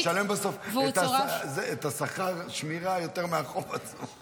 והוא צורף --- אתה משלם בסוף את שכר השמירה יותר מהחוב עצמו.